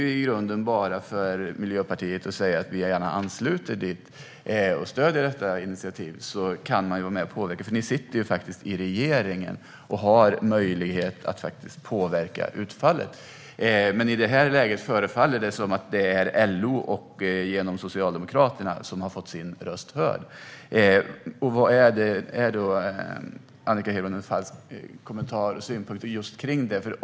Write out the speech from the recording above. Det är i grunden bara för Miljöpartiet att säga att de gärna ansluter till och stöder detta initiativ, och så kan de vara med och påverka. Ni sitter ju faktiskt i regeringen och har möjlighet att påverka utfallet. Men i det här läget förefaller det som att det är LO som genom Socialdemokraterna har fått sin röst hörd. Vad är då Annika Hirvonen Falks synpunkter på det?